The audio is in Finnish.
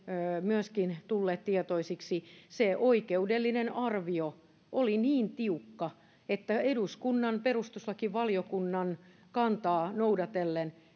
myöskin tulleet tietoiseksi se oikeudellinen arvio oli niin tiukka että eduskunnan perustuslakivaliokunnan kantaa noudatellen